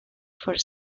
for